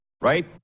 right